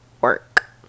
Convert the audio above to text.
work